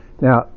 Now